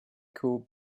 could